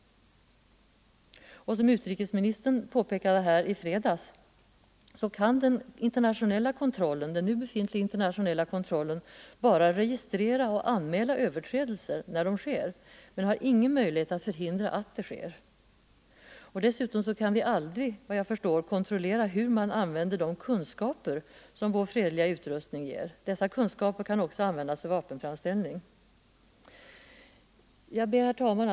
Som utrikesministern påpekade här förra fredagen kan den nu befintliga internationella kontrollen bara registrera och anmäla överträdelser när sådana sker, men den har ingen möjlighet att förhindra att de sker. Dessutom kan vi, såvitt jag förstår, aldrig kontrollera hur man använder de kunskaper som vår fredliga utrustning ger. Dessa kunskaper kan också användas för vapenframställning. Herr talman!